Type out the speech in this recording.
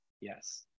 yes